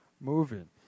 moving